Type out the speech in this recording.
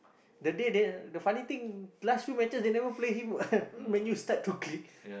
the day they the funny thing last few matches they never play him Man-U start to